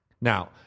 Now